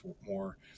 more